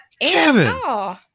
Kevin